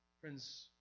Friends